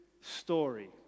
story